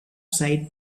side